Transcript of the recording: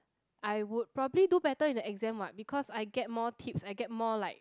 I would probably do better in the exam what because I get more tips I get more like